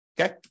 okay